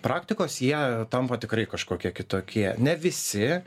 praktikos jie tampa tikrai kažkokie kitokie ne visi